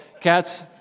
cats